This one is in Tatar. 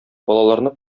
балаларны